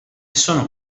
sono